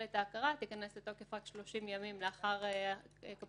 את ההכרה תיכנס לתוקף רק 30 ימים לאחר קבלתה,